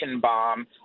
bomb